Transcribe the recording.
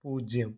പൂജ്യം